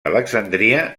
alexandria